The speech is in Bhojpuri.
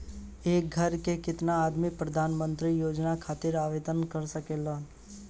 एक घर के केतना आदमी प्रधानमंत्री योजना खातिर आवेदन कर सकेला?